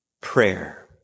prayer